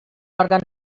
òrgans